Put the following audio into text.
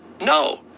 No